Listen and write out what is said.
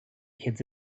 kids